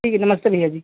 ठीक है नमस्ते भैया जी